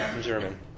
German